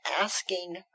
asking